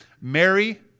Mary